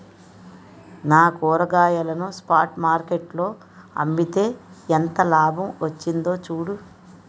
నా కూరగాయలను spot market లో అమ్మితే ఎంత లాభం వచ్చిందో చూడు